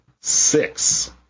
six